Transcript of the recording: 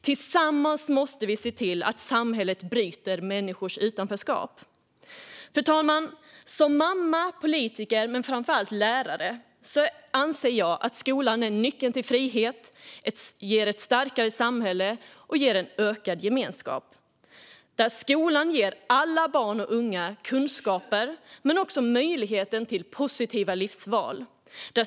Tillsammans måste vi se till att samhället bryter människors utanförskap. Fru talman! Som mamma och politiker men framför allt lärare anser jag att skolan är nyckeln till frihet och ger ett starkare samhälle och en ökad gemenskap. Skolan ger alla barn och unga kunskaper men också möjlighet till positiva livsval.